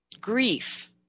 Grief